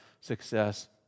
success